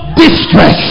distress